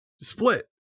split